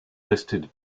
listed